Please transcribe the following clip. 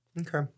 Okay